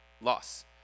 loss